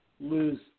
lose